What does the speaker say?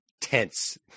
Tense